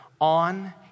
on